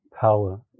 power